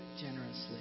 generously